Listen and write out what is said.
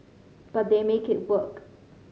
but they make it work